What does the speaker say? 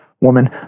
woman